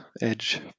Edge